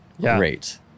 great